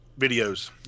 videos